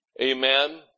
Amen